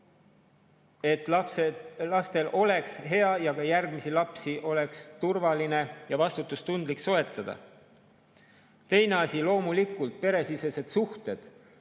et lastel oleks hea ja et ka järgmisi lapsi oleks turvaline ja vastutustundlik soetada. Teine asi, loomulikult peresisesed suhted,